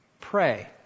Pray